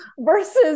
Versus